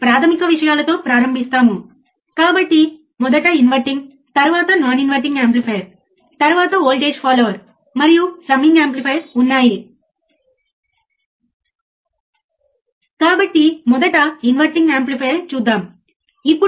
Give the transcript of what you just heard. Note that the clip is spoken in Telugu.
ఇప్పుడు తెరపై నిర్వచనం ఏమిటో చూద్దాం మరియు అవుట్పుట్ ఆఫ్సెట్ వోల్టేజ్ను ఎలా కొలవగలమొ చూద్దాం సరే కాబట్టి మనం చూసినవి ఏమిటి